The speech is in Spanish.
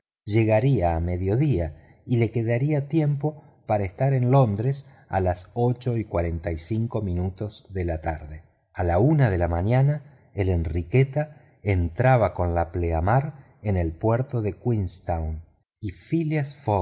llegaría a mediodía y le quedaría tiempo para estar en londres a los ocho y cuarenta y cinco minutos de la tarde a la una de la mañana la enriqueta entraba con la pleamar en el puerto de queenstown y phileas